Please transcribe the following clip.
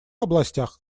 областях